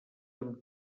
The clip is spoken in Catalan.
amb